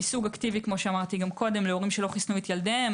--- אקטיבי להורים שלא חיסנו את ילדיהם